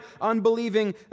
unbelieving